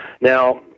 Now